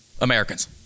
Americans